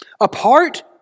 apart